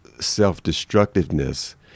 self-destructiveness